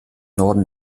norden